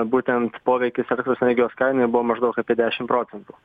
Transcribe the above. būtent poveikis elektros energijos kainai buvo maždaug apie dešim procentų